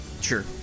sure